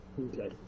Okay